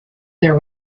there